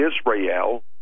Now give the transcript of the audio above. Israel